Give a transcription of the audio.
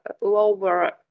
lower